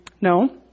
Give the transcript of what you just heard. No